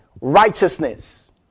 righteousness